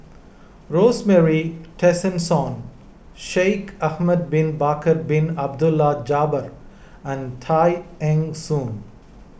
Rosemary Tessensohn Shaikh Ahmad Bin Bakar Bin Abdullah Jabbar and Tay Eng Soon